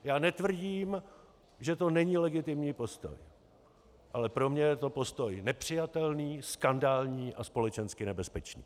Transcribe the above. Já netvrdím, že to není legitimní postoj, ale pro mě je to postoj nepřijatelný, skandální a společensky nebezpečný.